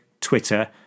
Twitter